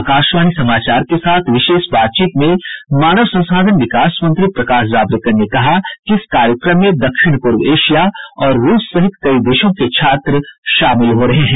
आकाशवाणी समाचार के साथ विशेष बातचीत में मानव संसाधन विकास मंत्री प्रकाश जावड़ेकर ने कहा कि इस कार्यक्रम में दक्षिण पूर्व एशिया और रूस सहित कई देशों के छात्र शामिल हो रहे हैं